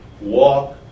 walk